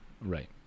Right